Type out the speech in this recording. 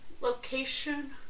Location